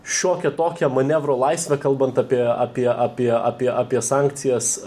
šiokią tokią manevro laisvę kalbant apie apie apie apie apie sankcijas